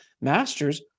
masters